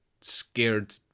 scared